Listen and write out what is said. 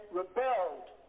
rebelled